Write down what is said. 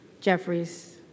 Jeffries